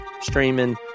streaming